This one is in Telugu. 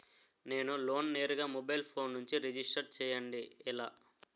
నేను లోన్ నేరుగా మొబైల్ ఫోన్ నుంచి రిజిస్టర్ చేయండి ఎలా?